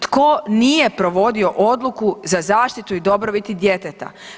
Tko nije provodio odluku za zaštitu i dobrobiti djeteta?